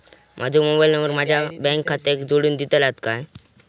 माजो mobile number माझ्या bank खात्याक जोडून दितल्यात काय?